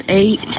eight